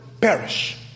perish